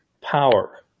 power